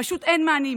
פשוט אין מענים.